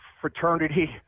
fraternity